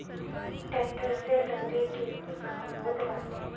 tractor से दवरी के भी काम होत बाटे